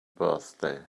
birthday